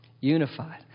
Unified